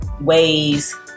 ways